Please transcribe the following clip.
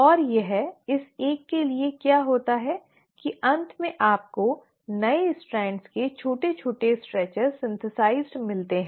और यह इस एक के लिए क्या होता है कि अंत में आपको नए स्ट्रैंड के छोटे छोटे स्ट्रेच संश्लेषित मिलते हैं